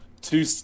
two